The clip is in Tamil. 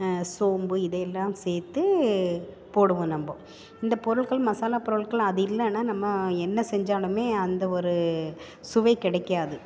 சோம்பு இதையெல்லாம் சேர்த்து போடுவோம் நம்ம இந்த பொருட்கள் மசாலா பொருட்கள் அது இல்லைனா நம்ம என்ன செஞ்சாலும் அந்த ஒரு சுவை கிடைக்காது